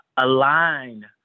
align